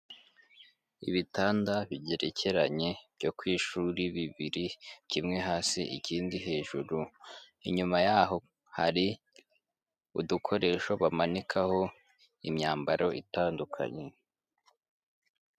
Ibitanda bigerekeranye byo ku ishuri bibiri, kimwe hasi, ikindi hejuru, inyuma yaho hari udukoresho bamanikaho imyambaro itandukanye.